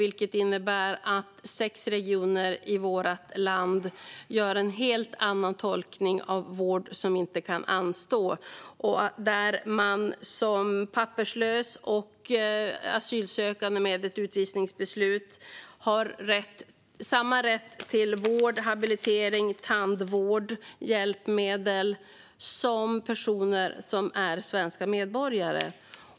Det innebär att sex regioner i landet gör en helt annan tolkning av begreppet vård som inte kan anstå, det vill säga att en papperslös eller asylsökande med utvisningsbeslut har samma rätt till vård, habilitering, tandvård eller hjälpmedel som personer som är svenska medborgare.